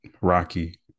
Rocky